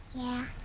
yeah.